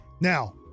Now